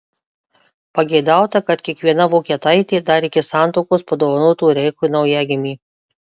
pageidauta kad kiekviena vokietaitė dar iki santuokos padovanotų reichui naujagimį